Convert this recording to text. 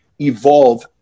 evolve